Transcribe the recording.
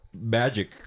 magic